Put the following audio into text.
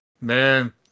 Man